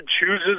chooses